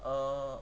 err